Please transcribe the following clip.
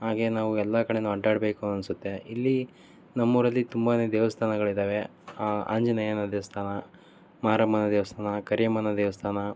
ಹಾಗೆ ನಾವು ಎಲ್ಲ ಕಡೆ ಅಡ್ಡಾಡ ಬೇಕು ಅನಿಸುತ್ತೆ ಇಲ್ಲಿ ನಮ್ಮೂರಲ್ಲಿ ತುಂಬಾ ದೇವಸ್ಥಾನಗಳಿದ್ದಾವೆ ಆಂಜನೇಯನ ದೇವಸ್ಥಾನ ಮಾರಮ್ಮನ ದೇವಸ್ಥಾನ ಕರಿಯಮ್ಮನ ದೇವಸ್ಥಾನ